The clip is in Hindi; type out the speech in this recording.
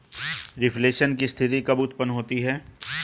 रिफ्लेशन की स्थिति कब उत्पन्न होती है?